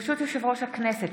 ברשות יושב-ראש הכנסת,